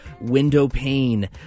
windowpane